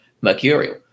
mercurial